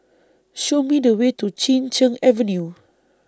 Show Me The Way to Chin Cheng Avenue